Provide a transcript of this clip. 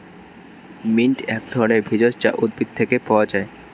mint এক ধরনের ভেষজ যা উদ্ভিদ থেকে পাওয় যায়